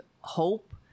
hope